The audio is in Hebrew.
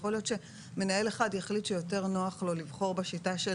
יכול להיות שמנהל אחד יחליט שיותר נוח לו לבחור בשיטה של